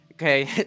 Okay